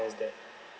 sense that